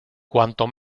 cuanto